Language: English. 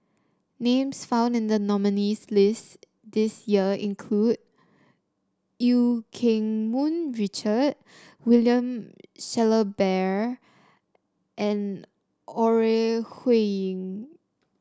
names found in the nominees' list this year include Eu Keng Mun Richard William Shellabear and Ore Huiying